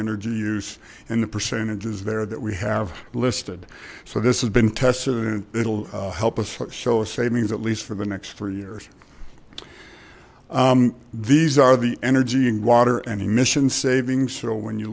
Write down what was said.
energy use and the percentages there that we have listed so this has been tested and it'll help us show a savings at least for the next four years these are the energy and water and emission savings so when you